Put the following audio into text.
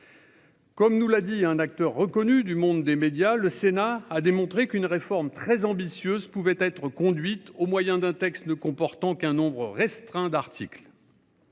Comme nous l'a dit un acteur reconnu du monde des médias, le Sénat a montré qu'une réforme très ambitieuse pouvait être conduite au moyen d'un texte ne comportant qu'un nombre restreint d'articles.